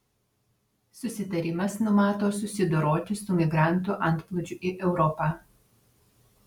susitarimas numato susidoroti su migrantų antplūdžiu į europą